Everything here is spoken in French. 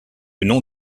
nom